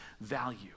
value